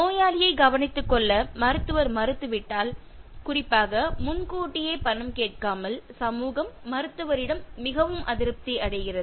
நோயாளியை கவனித்துக்கொள்ள மருத்துவர் மறுத்துவிட்டால் குறிப்பாக முன்கூட்டியே பணம் கேட்காமல் சமூகம் மருத்துவரிடம் மிகவும் அதிருப்தி அடைகிறது